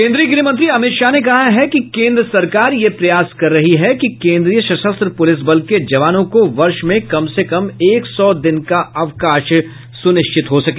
केन्द्रीय गृहमंत्री अमित शाह ने कहा है कि केन्द्र सरकार यह प्रयास कर रही है कि केन्द्रीय सशस्त्र पुलिस बल के जवानों को वर्ष में कम से कम एक सौ दिन का अवकाश सुनिश्चित हो सके